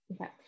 Okay